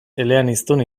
eleaniztun